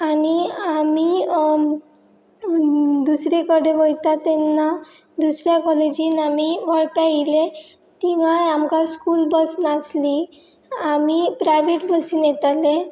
आनी आमी दुसरे कडेन वयता तेन्ना दुसऱ्या कॉलेजीन आमी वळपा येले तिंगाय आमकां स्कूल बस नासली आमी प्रायवेट बसीन येताले